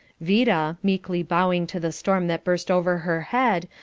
vida, meekly bowing to the storm that burst over her head,